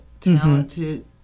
talented